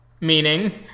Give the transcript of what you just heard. Meaning